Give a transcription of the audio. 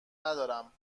ندارم